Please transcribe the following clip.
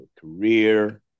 career